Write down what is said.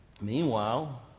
Meanwhile